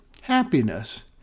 happiness